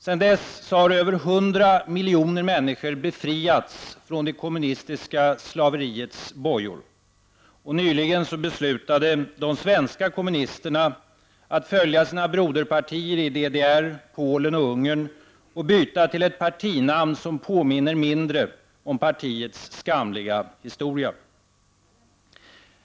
Sedan dess har över 100 miljoner människor befriats från det kommunistiska slaveriets bojor. Nyligen beslutade de svenska kommunisterna att följa sina broderpartier i bl.a. DDR, Polen och Ungern och byta till ett partinamn som mindre påminner om partiets skamliga historia.